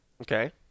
Okay